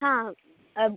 हा अब्